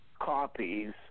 copies